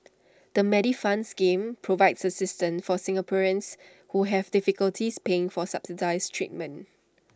the Medifund scheme provides assistance for Singaporeans who have difficulties paying for subsidized treatment